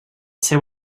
seu